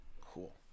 Cool